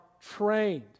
trained